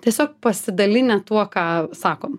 tiesiog pasidalinę tuo ką sakom